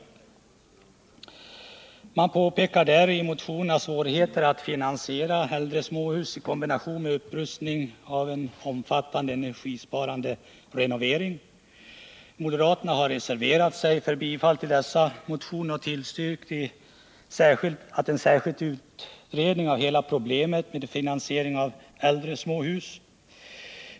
Man påpekar i motionerna svårigheterna att finansiera äldre småhus i kombination med upprustning och omfattande energisparande renovering. Moderaterna har reserverat sig för bifall till dessa motioner och tillstyrkt en särskild utredning av hela problemet med finansiering av äldre småhus.